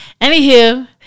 Anywho